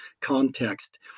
context